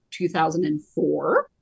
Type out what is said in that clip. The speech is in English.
2004